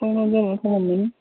ꯊꯣꯡ ꯂꯣꯟꯖꯤꯜꯂ ꯊꯅꯝꯃꯅꯤ